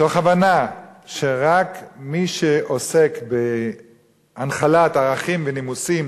מתוך הבנה שרק מי שעוסק בהנחלת ערכים ונימוסים